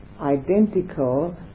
identical